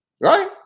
right